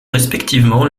respectivement